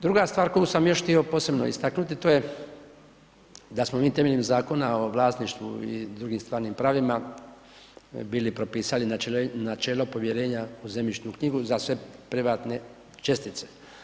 Druga stvar koju sam još htio posebno istaknuti, to je da smo mi temeljem Zakona o vlasništvu i drugim stvarnim pravima bili propisali načelo povjerenja u zemljišnu knjigu za sve privatne čestice.